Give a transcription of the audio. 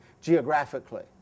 geographically